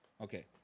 Okay